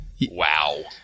Wow